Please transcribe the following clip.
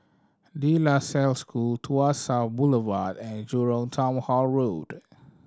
De La Salle School Tuas South Boulevard and Jurong Town Hall Road